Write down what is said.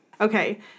Okay